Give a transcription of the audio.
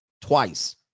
twice